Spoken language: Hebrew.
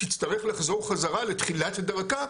תצטרך לחזור חזרה לתחילת דרכה,